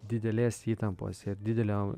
didelės įtampos ir didelio